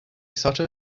sutter